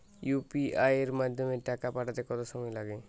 UPI এর মাধ্যমে টাকা পাঠাতে কত সময় লাগে?